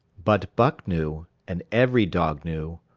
but buck knew, and every dog knew,